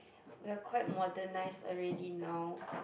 we're quite modernized already now